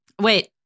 Wait